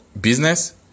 business